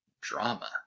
drama